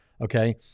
Okay